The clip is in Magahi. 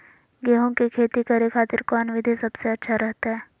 गेहूं के खेती करे खातिर कौन विधि सबसे अच्छा रहतय?